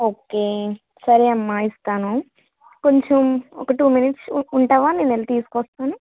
okay సరే అమ్మ ఇస్తాను కొంచెం ఒక టూ మినిట్స్ ఉం ఉంటావా నేను వెళ్ళి తీసుకు వస్తాను